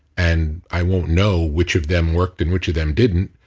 and i won't know which of them worked and which of them didn't.